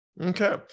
Okay